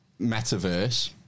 metaverse